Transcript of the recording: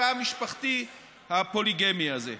בתא המשפחתי הפוליגמי הזה?